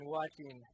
watching